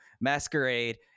Masquerade